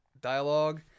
dialogue